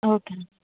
okay అండి